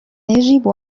يجب